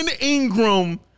Ingram